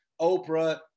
Oprah